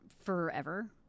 forever